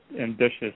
ambitious